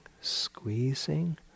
squeezing